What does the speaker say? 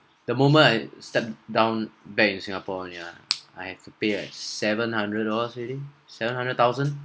the moment I stepped down back in singapore yeah I have to pay like seven hundred loh dollars already seven hundred thousand